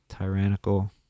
tyrannical